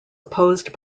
opposed